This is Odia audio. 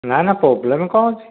ନା ନା ପ୍ରୋବ୍ଲେମ୍ କ'ଣ ଅଛି